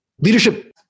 Leadership